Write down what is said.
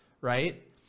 right